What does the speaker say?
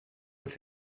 with